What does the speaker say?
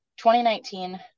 2019